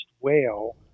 whale